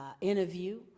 interview